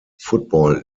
football